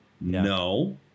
no